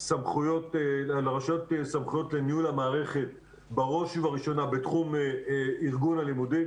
לרשויות סמכויות לניהול המערכת בראש ובראשונה בתחום ארגון הלימודים,